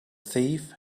thief